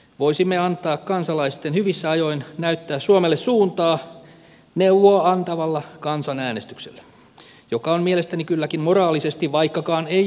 voisimme antaa kansalaisten hyvissä ajoin näyttää suomelle suuntaa neuvoa antavalla kansanäänestyksellä joka on mielestäni kylläkin moraalisesti vaikkakaan ei juridisesti kansanedustajia sitova